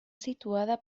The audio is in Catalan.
situada